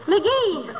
McGee